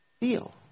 deal